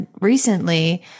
recently